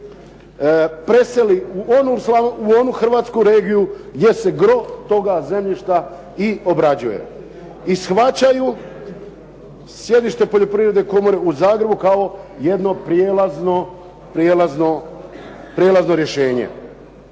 preseli u onu Hrvatsku regiju gdje se gro toga zemljišta i obrađuje. I shvaćaju sjedište poljoprivredne komore u Zagrebu kao jedno prijelazno rješenje.